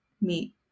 meet